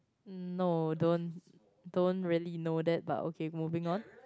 no don't don't really know that about okay moving on